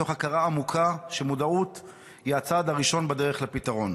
מתוך הכרה עמוקה שמודעות היא הצעד הראשון בדרך לפתרון.